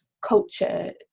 culture